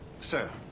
sir